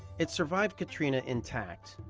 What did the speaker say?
it survived katrina intact.